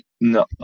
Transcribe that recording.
no